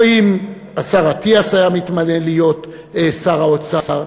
או אם השר אטיאס היה מתמנה להיות שר האוצר,